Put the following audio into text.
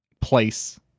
place